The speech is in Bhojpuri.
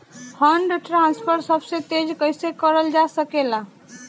फंडट्रांसफर सबसे तेज कइसे करल जा सकेला?